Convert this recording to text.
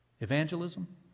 Evangelism